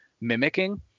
mimicking